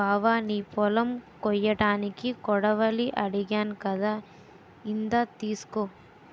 బావా నీ పొలం కొయ్యడానికి కొడవలి అడిగావ్ కదా ఇందా తీసుకో